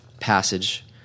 passage